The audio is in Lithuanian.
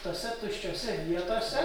tose tuščiose vietose